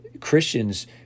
Christians